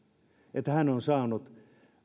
että hän on saanut